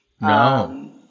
No